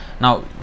Now